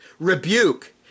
Rebuke